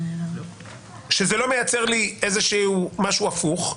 שזה לא מייצר לי משהו הפוך,